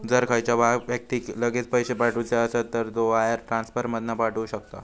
जर खयच्या व्यक्तिक लगेच पैशे पाठवुचे असत तर तो वायर ट्रांसफर मधना पाठवु शकता